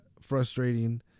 frustrating